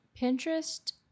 Pinterest